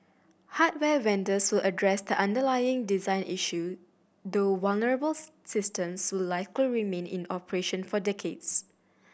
hardware vendors will address the underlying design issue though vulnerable systems will like remain in operation for decades